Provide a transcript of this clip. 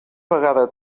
vegada